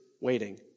waiting